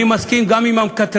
אני מסכים גם עם המקטרגים